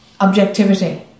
objectivity